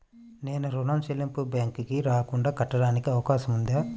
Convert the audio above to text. నేను ఋణం చెల్లింపులు బ్యాంకుకి రాకుండా కట్టడానికి అవకాశం ఉందా?